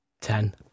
Ten